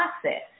process